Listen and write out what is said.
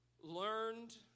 learned